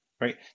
right